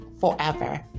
Forever